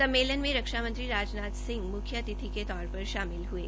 सम्मेलन में रक्षा मंत्री राजनाथ सिंह मुख्य अतिथि के तौर पर शामिल हये